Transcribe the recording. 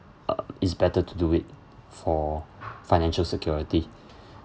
uh it's better to do it for financial security